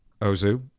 Ozu